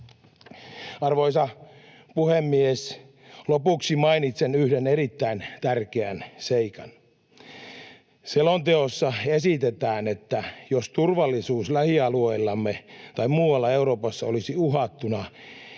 Arvoisa puhemies! Lopuksi mainitsen yhden erittäin tärkeän seikan: Selonteossa esitetään, että jos turvallisuus lähialueillamme tai muualla Euroopassa olisi uhattuna,